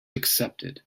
accepted